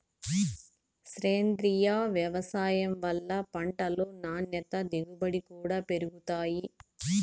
సేంద్రీయ వ్యవసాయం వల్ల పంటలు నాణ్యత దిగుబడి కూడా పెరుగుతాయి